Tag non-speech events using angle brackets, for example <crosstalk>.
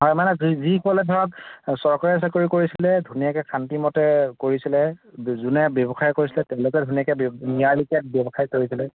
<unintelligible> মানে যি যিসকলে ধৰক চৰকাৰী চাকৰি কৰিছিলে ধুনীয়াকৈ শান্তিমতে কৰিছিল যোনে ব্যৱসায় কৰিছিলে তেওঁলোকে ধুনীয়াকৈ <unintelligible> নিয়াৰিকৈ ব্যৱসায় কৰিছিলে